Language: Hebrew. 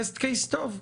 טסט-קייס טוב: